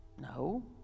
No